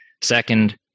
Second